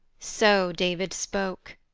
so david spoke.